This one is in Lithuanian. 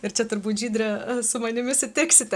ir čia turbūt žydre su manimi sutiksite